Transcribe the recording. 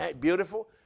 beautiful